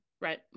Right